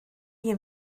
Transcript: you